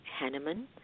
Hanneman